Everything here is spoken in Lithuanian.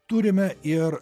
turime ir